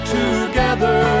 together